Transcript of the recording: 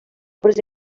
obres